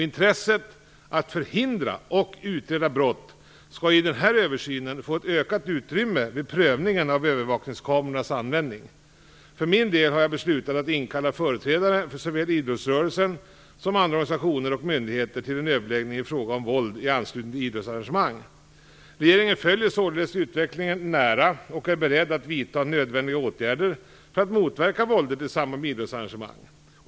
Intresset för att förhindra och utreda brott skall i denna översyn få ett ökat utrymme vid prövningen av övervakningskamerornas användning. För min del har jag beslutat att inkalla företrädare för såväl idrottsrörelsen som andra organisationer och myndigheter till en överläggning i fråga om våld i anslutning till idrottsarrangemang. Regeringen följer således utvecklingen nära och är beredd att vidta nödvändiga åtgärder för att motverka våldet i samband med idrottsarrangemang.